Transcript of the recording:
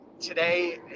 today